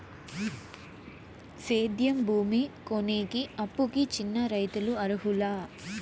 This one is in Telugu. సేద్యం భూమి కొనేకి, అప్పుకి చిన్న రైతులు అర్హులా?